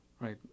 right